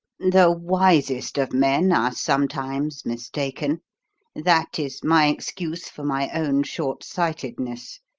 the wisest of men are sometimes mistaken that is my excuse for my own short-sightedness.